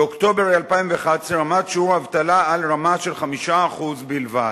באוקטובר 2011 עמד שיעור האבטלה על רמה של 5% בלבד.